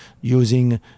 using